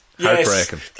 Heartbreaking